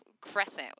crescent